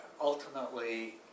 ultimately